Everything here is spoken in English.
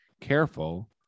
careful